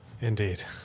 Indeed